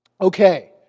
Okay